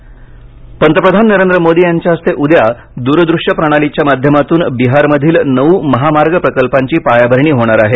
मोदी पंतप्रधान नरेंद्र मोदी यांच्या हस्ते उद्या दूरदृश्य प्रणालीच्या माध्यमातून बिहारमधील नऊ महामार्ग प्रकल्पाची पायाभरणी होणार आहे